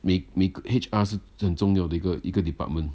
每每 H_R 是一个很重要的一个一个 department